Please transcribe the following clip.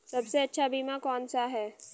सबसे अच्छा बीमा कौन सा है?